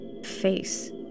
Face